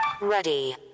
Ready